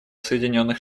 соединенных